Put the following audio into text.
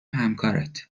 همکارت